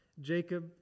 Jacob